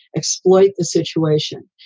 exploit the situation,